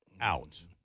out